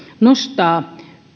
nostaa